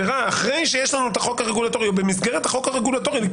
אחרי שיש לנו חוק רגולטורי או במסגרת החוק הרגולטורי ואז